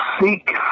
seek